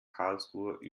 karlsruhe